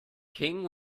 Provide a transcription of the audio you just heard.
king